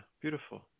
beautiful